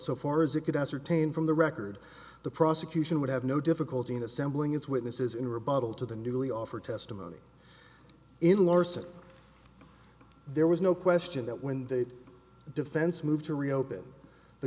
so far as it could ascertain from the record the prosecution would have no difficulty in assembling its witnesses in rebuttal to the newly offered testimony in larson there was no question that when the defense moved to reopen the